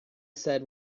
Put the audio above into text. said